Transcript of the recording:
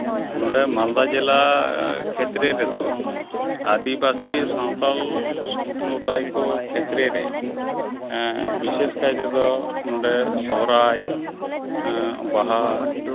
ᱱᱚᱸᱰᱮ ᱢᱟᱞᱫᱟ ᱡᱮᱞᱟ ᱠᱷᱮᱛᱨᱮ ᱨᱮᱫᱚ ᱟᱹᱫᱤᱵᱟᱹᱥᱤ ᱥᱟᱶᱛᱟᱞ ᱥᱚᱢᱯᱨᱚᱫᱟᱭ ᱠᱚ ᱠᱷᱮᱛᱨᱮ ᱨᱮ ᱵᱤᱥᱮᱥᱠᱟᱭᱛᱮᱫᱚ ᱱᱚᱸᱰᱮ ᱥᱚᱦᱚᱨᱟᱭ ᱵᱟᱦᱟ